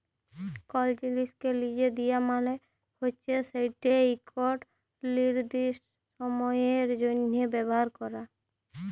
call জিলিসকে লিজে দিয়া মালে হছে সেটকে ইকট লিরদিস্ট সময়ের জ্যনহে ব্যাভার ক্যরা